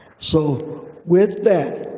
so with that,